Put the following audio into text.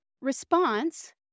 response